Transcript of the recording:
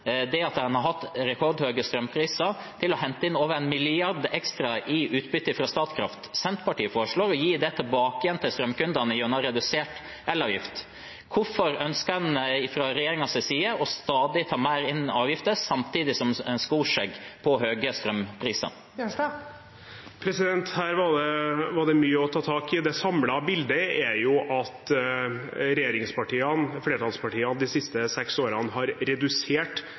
det at en har hatt rekordhøye strømpriser, til å hente inn over 1 mrd. kr ekstra i utbytte fra Statkraft. Senterpartiet foreslår å gi det tilbake igjen til strømkundene gjennom redusert elavgift. Hvorfor ønsker en fra regjeringens side å ta inn stadig mer avgifter samtidig som en skor seg på høye strømpriser? Her var det mye å ta tak i. Det samlede bildet er at regjeringspartiene, flertallspartiene, de siste seks årene har redusert